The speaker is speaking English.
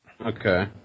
Okay